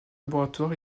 laboratoire